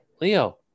leo